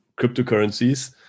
cryptocurrencies